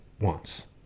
wants